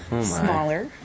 smaller